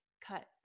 cut